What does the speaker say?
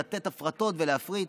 לתת הפרטות ולהפריט.